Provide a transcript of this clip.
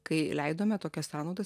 kai leidome tokias sąnaudas